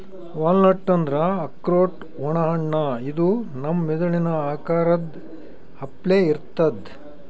walnut ಅಂದ್ರ ಆಕ್ರೋಟ್ ಒಣ ಹಣ್ಣ ಇದು ನಮ್ ಮೆದಳಿನ್ ಆಕಾರದ್ ಅಪ್ಲೆ ಇರ್ತದ್